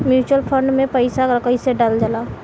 Mutual fund मे पईसा कइसे डालल जाला?